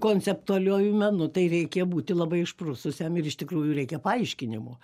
konceptuoliuoju menu tai reikia būti labai išprususiam ir iš tikrųjų reikia paaiškinimo